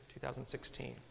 2016